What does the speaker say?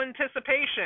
anticipation